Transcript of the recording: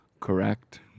Correct